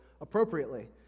appropriately